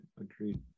Agreed